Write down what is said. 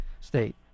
state